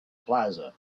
plaza